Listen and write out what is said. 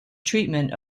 treatment